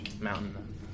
Mountain